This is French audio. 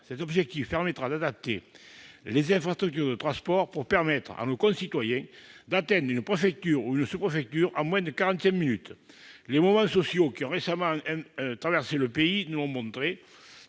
Cet objectif permettra d'adapter les infrastructures de transport pour permettre à nos concitoyens d'atteindre une préfecture ou une sous-préfecture en moins de quarante-cinq minutes. Les mouvements sociaux qui ont récemment traversé le pays nous ont montré